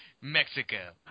Mexico